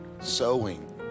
sowing